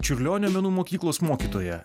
čiurlionio menų mokyklos mokytoją